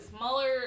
Mueller